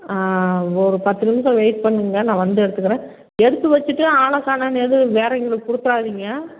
ஒரு பத்து நிமிஷம் வெயிட் பண்ணிங்கன்னால் நான் வந்து எடுத்துக்கிறேன் எடுத்துகிட்டு வைச்சுட்டு ஆளை காணோம்னு எதுவும் வேறவங்களுக்கு கொடுத்துடாதீங்க